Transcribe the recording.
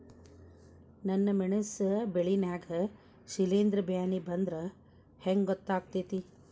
ನನ್ ಮೆಣಸ್ ಬೆಳಿ ನಾಗ ಶಿಲೇಂಧ್ರ ಬ್ಯಾನಿ ಬಂದ್ರ ಹೆಂಗ್ ಗೋತಾಗ್ತೆತಿ?